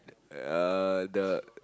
uh the